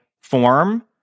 form